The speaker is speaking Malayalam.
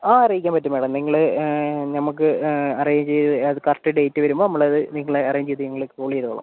ആ അറിയിക്കാൻ പറ്റും മേഡം നിങ്ങൾ നമുക്ക് അറേഞ്ച് ചെയ്ത് അത് കറക്റ്റ് ഡേറ്റ് വരുമ്പം നമ്മൾ അത് നിങ്ങളെ അറേഞ്ച് ചെയ്ത് ഞങ്ങൾ കോൾ ചെയ്തോളാം